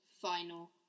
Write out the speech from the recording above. final